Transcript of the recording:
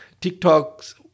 TikTok's